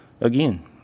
again